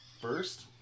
First